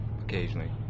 Occasionally